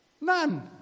None